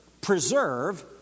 preserve